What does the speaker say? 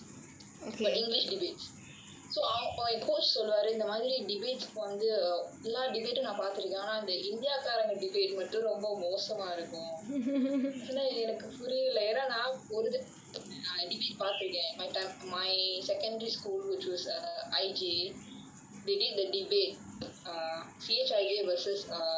like english debates so எப்போவும் சொல்வாரு இந்த மாதிரி:eppavum solvaaru intha maathiri debates வந்து எல்லா:vanthu ellaa debate பத்து இருக்கேன் ஆனா இந்த இந்தியா காரங்க:pathu irukkaen aanaa intha indiayaa kaaraanga debate மட்டும் மோசமா இருக்கும் எதுனா எனக்கு புரில நான் ஒரு தடவ:mattum mosamaa irukkum ethunaa enakku purila naan oru thadava debate பாத்து இருக்கேன்:paathu irukkaen my secondary school was a I_J they did the debate err C_H_I_J versus err raffles